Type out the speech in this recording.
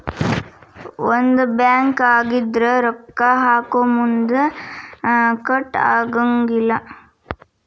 ಒಂದ ಬ್ಯಾಂಕ್ ಆಗಿದ್ರ ರೊಕ್ಕಾ ಹಾಕೊಮುನ್ದಾ ಕಟ್ ಆಗಂಗಿಲ್ಲಾ